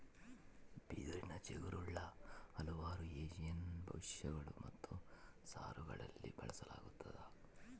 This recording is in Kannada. ಬಿದಿರಿನ ಚಿಗುರುಗುಳ್ನ ಹಲವಾರು ಏಷ್ಯನ್ ಭಕ್ಷ್ಯಗಳು ಮತ್ತು ಸಾರುಗಳಲ್ಲಿ ಬಳಸಲಾಗ್ತದ